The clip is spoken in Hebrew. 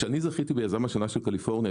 כשאני זכיתי ב-יזם השנה של קליפורניה,